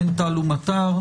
תן טל ומטר.